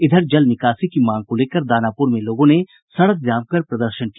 इधर जल निकासी की मांग को लेकर दानापुर में लोगों ने सड़क जाम कर प्रदर्शन किया